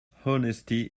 honesty